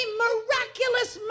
miraculous